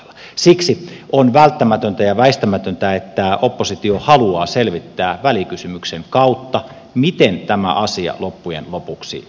siksi on välttämätöntä ja väistämätöntä että oppositio haluaa selvittää välikysymyksen kautta miten tämä asia loppujen lopuksi hoidetaan